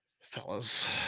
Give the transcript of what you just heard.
Fellas